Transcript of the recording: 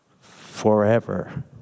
forever